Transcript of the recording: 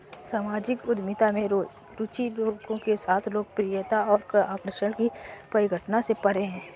सामाजिक उद्यमिता में रुचि लोगों के साथ लोकप्रियता और आकर्षण की परिघटना से परे है